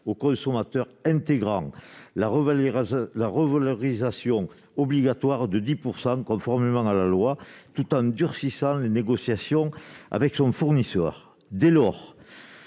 consommateur intégrant la revalorisation obligatoire de 10 %, conformément à la loi, tout en durcissant les négociations avec son fournisseur. Dès lors,